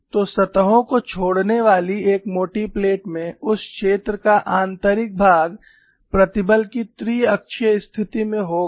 तो सतहों को छोड़ने वाली एक मोटी प्लेट में उस क्षेत्र का आंतरिक भाग प्रतिबल की त्रिअक्षीय स्थिति में होगा